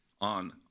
on